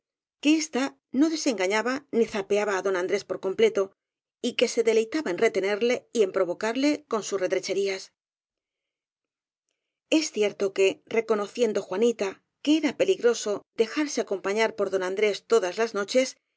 que ésta no desengañaba ni za peaba á don andrés por completo y que se delei taba en retenerle y en provocarle con sus retre cherías es cierto que reconociendo juanita que era pe ligroso dejarse acompañar por don andrés todas as noches